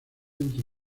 entre